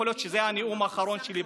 יכול להיות שזה הנאום האחרון שלי בכנסת,